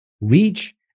reach